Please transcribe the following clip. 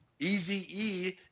Eze